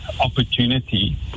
opportunity